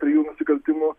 prie jų nusikaltinimų